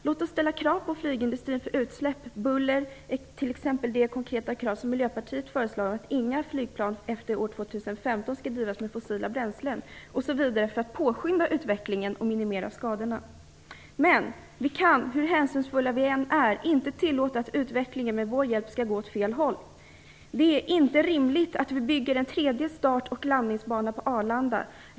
Låt oss ställa krav på flygindustrin när det gäller utsläpp och buller för att påskynda utvecklingen och miniminera skadorna. Miljöpartiet har exempelvis föreslagit det konkreta kravet att inga flygplan efter år 2015 skall drivas med fossila bränslen. Men hur hänsynsfulla vi än är kan vi inte tillåta att utvecklingen med vår hjälp skall gå åt fel håll. Det är inte rimligt att bygga en tredje start och landningsbana på Arlanda.